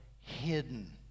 hidden